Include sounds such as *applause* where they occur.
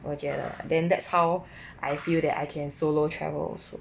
我觉得 *noise* then that's how I *noise* feel that I can solo travel also